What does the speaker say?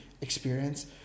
experience